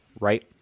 right